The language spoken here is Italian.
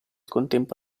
contempo